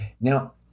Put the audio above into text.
now